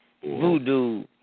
Voodoo